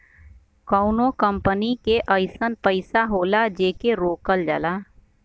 कउनो कंपनी के अइसन पइसा होला जेके रोकल जाला